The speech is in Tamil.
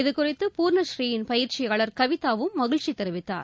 இதுகுறித்து பூர்ணஸ்ரீயின் பயிற்சியாளர் கவிதாவும் மகிழ்ச்சி தெரிவித்தார்